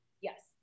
Yes